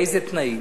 באיזה תנאים,